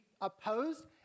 opposed